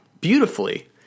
beautifully